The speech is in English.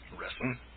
wrestling